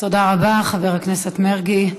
תודה רבה, חבר הכנסת מרגי.